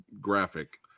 graphic